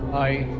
i,